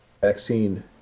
vaccine